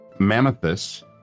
Mammothus